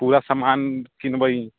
पूरा समान किनबै